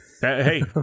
Hey